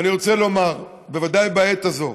ואני רוצה לומר, בוודאי בעת הזאת,